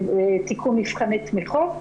תיקון מבחני התמיכות.